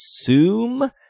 assume